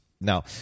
Now